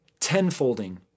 tenfolding